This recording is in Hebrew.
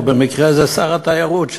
ובמקרה זה שר התיירות,